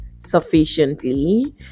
Sufficiently